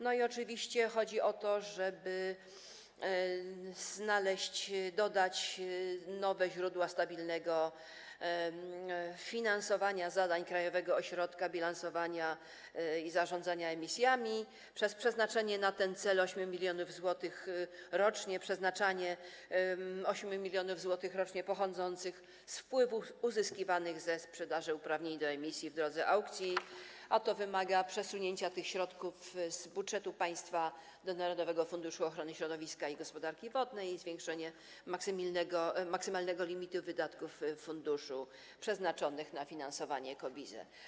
No i oczywiście chodzi o to, żeby znaleźć, dodać nowe źródła stabilnego finansowania zadań Krajowego Ośrodka Bilansowania i Zarządzania Emisjami przez przeznaczanie na ten cel 8 mln zł rocznie pochodzących z wpływów uzyskiwanych ze sprzedaży uprawnień do emisji w drodze aukcji, a to wymaga przesunięcia tych środków z budżetu państwa do Narodowego Funduszu Ochrony Środowiska i Gospodarki Wodnej i zwiększenia maksymalnego limitu wydatków funduszu przeznaczonych na finansowanie KOBiZE.